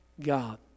God